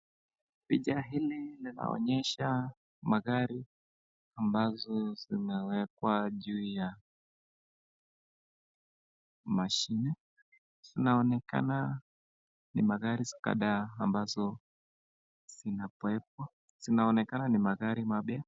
Picha hili inaonyesha magari ambazo zimewekwa juu ya mashini. Inaonekana ni magari kadhaa ambazo zinapowekwa. Zinaonekana ni magari mapya.